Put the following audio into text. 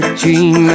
dream